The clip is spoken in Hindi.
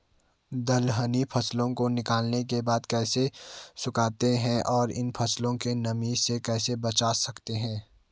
दलहनी फसलों को निकालने के बाद कैसे सुखाते हैं और इन फसलों को नमी से कैसे बचा सकते हैं?